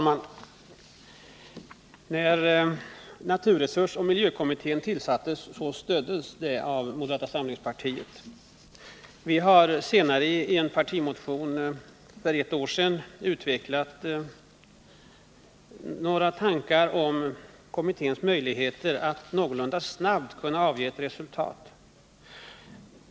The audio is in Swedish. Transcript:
Herr talman! Naturresursoch miljökommitténs tillsättning stöddes av moderata samlingspartiet. För ett år sedan utvecklade vi i en partimotion några tankar om kommitténs möjligheter att någorlunda snabbt kunna redovisa ett resultat.